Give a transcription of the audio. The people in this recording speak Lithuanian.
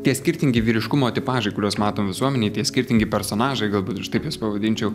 tie skirtingi vyriškumo tipažai kuriuos matom visuomenėj tie skirtingi personažai galbūt aš taip juos pavadinčiau